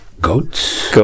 Goats